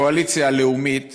הקואליציה הלאומית